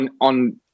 on